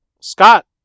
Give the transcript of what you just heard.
Scott